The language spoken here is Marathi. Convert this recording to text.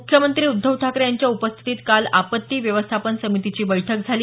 मुख्यमंत्री उद्धव ठाकरे यांच्या उपस्थितीत काल आपत्ती व्यवस्थापन समितीची बैठक झाली